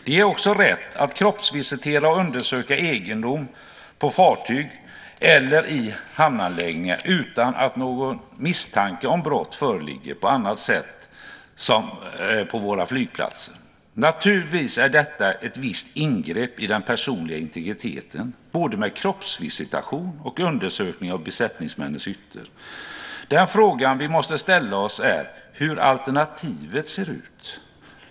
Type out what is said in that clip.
De ger bland annat rätt att kroppsvisitera och undersöka egendom på fartyg eller i hamnanläggningar utan att någon misstanke om brott föreligger, på samma sätt som på våra flygplatser. Naturligtvis är detta ett visst ingrepp i den personliga integriteten, både kroppsvisitationen och undersökningen av besättningsmännens hytter. Den fråga vi måste ställa oss är hur alternativen ser ut.